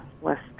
west